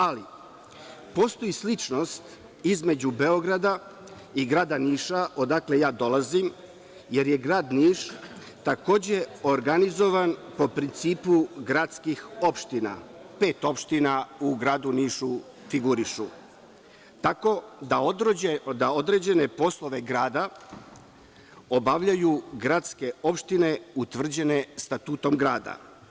Ali, postoji sličnost između Beograda i grada Niša, odakle ja dolazim, jer je grad Niš takođe organizovan po principu gradskih opština, pet opština u gradu Nišu figurišu, tako da određene poslove grada obavljaju gradske opštine utvrđene Statutom grada.